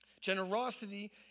Generosity